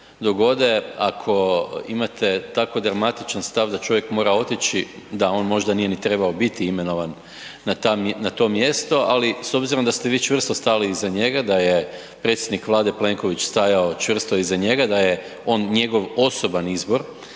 dogode, ako imate tako dramatičan stav da čovjek mora otići, da on možda nije ni trebao biti imenovan na to mjesto, ali s obzirom da ste vi čvrsto stali iza njega, da je predsjednik Vlade Plenković stajao čvrsto iza njega, da je on njegov osoban izbor